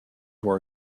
were